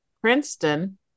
Princeton